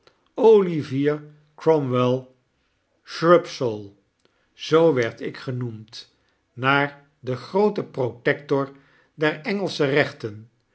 shrubsole zoo werd ik genoemd naar den grooten protector der engelsche rechten